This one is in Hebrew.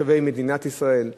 תושבי מדינת ישראל,